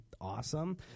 awesome